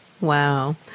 Wow